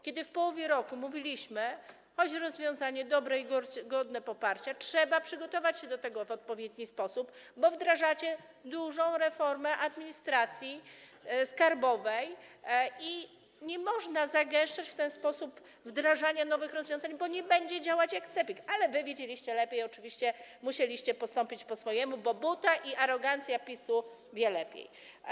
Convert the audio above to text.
Kiedy w połowie roku mówiliśmy, że choć jest to rozwiązanie dobre i godne poparcia, to trzeba przygotować się do tego w odpowiedni sposób, bo wdrażacie dużą reformę administracji skarbowej i nie można zagęszczać w ten sposób wdrażania nowych rozwiązań, bo nie będą działać, tak jak CEPiK, ale wy oczywiście wiedzieliście lepiej, musieliście postąpić po swojemu, bo to buta i arogancja PiS-u, bo PiS wie lepiej.